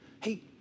hey